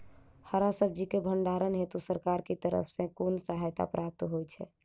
हरा सब्जी केँ भण्डारण हेतु सरकार की तरफ सँ कुन सहायता प्राप्त होइ छै?